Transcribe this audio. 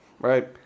right